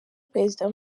prezida